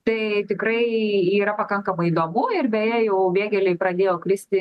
tai tikrai yra pakankamai įdomu ir beje jau vėgėlei pradėjo kristi